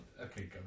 okay